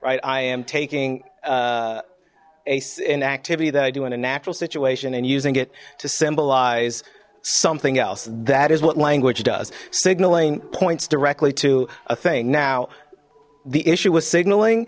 right i am taking a sin activity that i do in a natural situation and using it to symbolize something else that is what language does signaling points directly to a thing now the issue was signaling